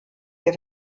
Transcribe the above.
der